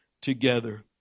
together